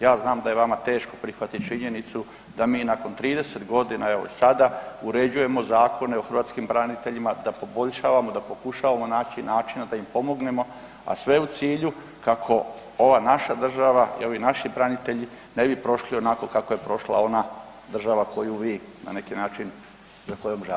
Ja znam da je vama teško prihvatiti činjenicu da mi nakon 30 g. evo i sada, uređujemo zakone o hrvatskim braniteljima, da poboljšavamo, da pokušavamo naći načina da im pomognemo a sve u cilju kako ova naša država i ovi naši branitelji ne bi prošli onako kako je prošla ona država koju vi na neki način, za kojom žalite, evo hvala.